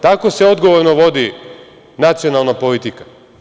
Tako se odgovorno vodi nacionalna politika.